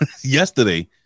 yesterday